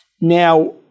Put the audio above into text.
Now